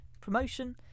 promotion